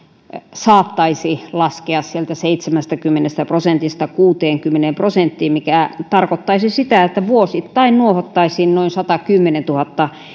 saattaisi laskea sieltä seitsemästäkymmenestä prosentista kuuteenkymmeneen prosenttiin mikä tarkoittaisi sitä että vuosittain nuohottaisiin noin satakymmentätuhatta